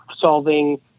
solving